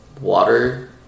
water